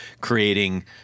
creating